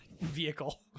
vehicle